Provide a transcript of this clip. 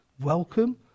welcome